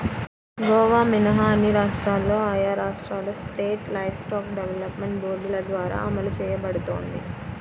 గోవా మినహా అన్ని రాష్ట్రాల్లో ఆయా రాష్ట్రాల స్టేట్ లైవ్స్టాక్ డెవలప్మెంట్ బోర్డుల ద్వారా అమలు చేయబడుతోంది